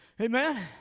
Amen